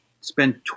spend